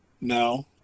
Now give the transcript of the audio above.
no